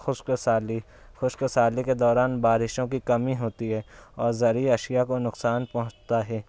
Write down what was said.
خشک سالی خشک سالی کے دوران بارشوں کی کمی ہوتی ہے اور زرعی اشیاء کو نقصان پہنچتا ہے